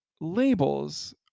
labels